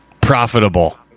profitable